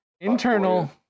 internal